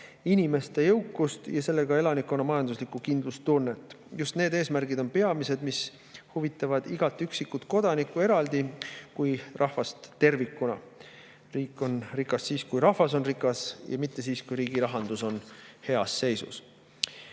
inimeste jõukust ja sellega elanikkonna majanduslikku kindlustunnet. Just need eesmärgid on peamised, mis huvitavad nii igat üksikut kodanikku eraldi kui ka rahvast tervikuna. Riik on rikas siis, kui rahvas on rikas, mitte siis, kui riigirahandus on heas seisus. Ja